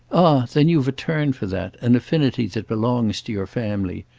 ah then you've a turn for that, an affinity that belongs to your family.